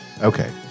Okay